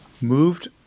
moved